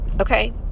Okay